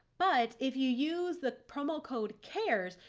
but if you use the promo code cares,